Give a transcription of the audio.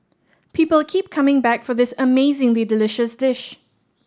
people keep coming back for this amazingly delicious dish